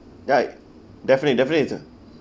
right definitely definitely is ah